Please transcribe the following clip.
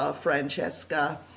Francesca